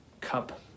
cup